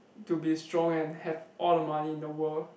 to be strong and have all the money in the world